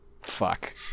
fuck